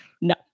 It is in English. No